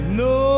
no